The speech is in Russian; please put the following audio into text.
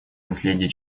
наследие